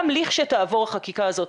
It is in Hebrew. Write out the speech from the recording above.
גם לכשתעבור החקיקה הזאת,